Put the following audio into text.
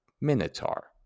Minotaur